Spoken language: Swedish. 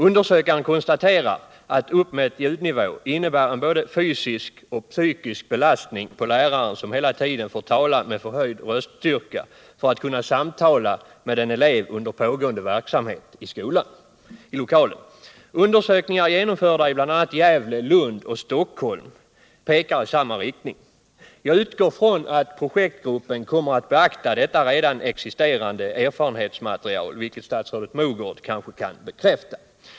Undersökaren konstaterar att uppmätt ljudnivå uppenbart innebär en både fysisk och psykisk belastning på läraren, som hela tiden får tala med förhöjd röststyrka för att kunna samtala med en elev under pågående verksamhet i lokalen. Undersökningar genomförda i bl.a. Gävle, Lund och Stockholm pekar i samma riktning. Jag utgår från att projektgruppen kommer att beakta detta redan existerande erfarenhetsmaterial, vilket statsrådet Mogård kanske kan bekräfta.